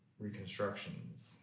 reconstructions